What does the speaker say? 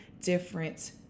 different